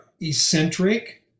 eccentric